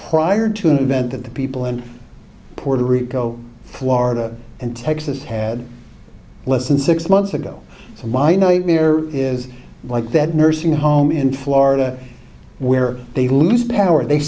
prior to an event that the people in puerto rico florida and texas had less than six months ago so my nightmare is like that nursing home in florida where they lose power they